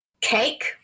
Cake